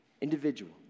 individual